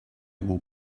will